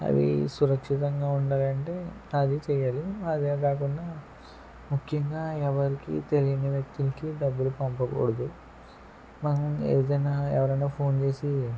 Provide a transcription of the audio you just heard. అవి సురక్షితంగా ఉంటాయంటే అదే చేయాలి అదే కాకుండా ముఖ్యంగా ఎవరికీ తెలియని వ్యక్తులకి డబ్బులు పంపకూడదు మనం ఏదైనా ఎవరైనా ఫోన్ చేసి